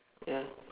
ya